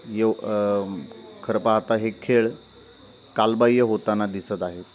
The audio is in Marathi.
यव खरं पाहता हे खेळ कालबाह्य होताना दिसत आहेत